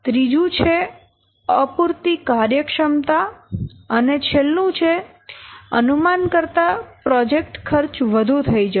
ત્રીજું છે અપૂરતી કાર્યક્ષમતા અને છેલ્લું છે અનુમાન કરતા પ્રોજેક્ટ ખર્ચ વધુ થઈ જવો